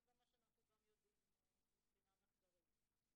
שזה מה שאנחנו גם יודעים מבחינה מחקרית.